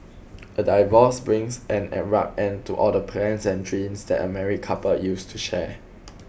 a divorce brings an abrupt end to all the plans and dreams that a married couple used to share